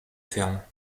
ferme